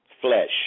flesh